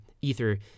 Ether